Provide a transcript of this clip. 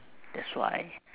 that's why